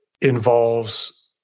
involves